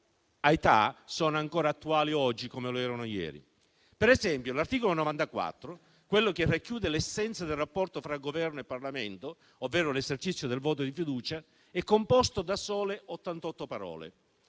di età, sono ancora attuali oggi come lo erano ieri. Ad esempio, l'articolo 94, quello che racchiude l'essenza del rapporto fra Governo e Parlamento, ovvero l'esercizio del voto di fiducia, è composto da sole 88 parole.